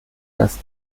das